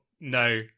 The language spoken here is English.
no